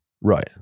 Right